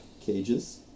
cages